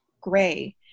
gray